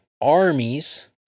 armies